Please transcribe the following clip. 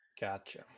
Gotcha